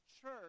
church